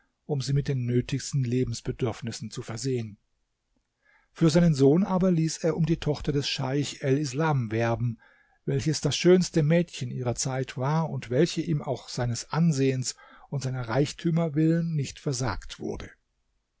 um sie mit den nötigen lebensbedürfnissen zu versehen für seinen sohn aber ließ er um die tochter des scheich el islam werben welches das schönste mädchen ihrer zeit war und welche ihm auch seines ansehens und seiner reichtümer willen nicht versagt wurde